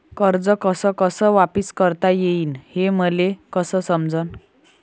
कर्ज कस कस वापिस करता येईन, हे मले कस समजनं?